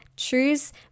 Choose